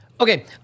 Okay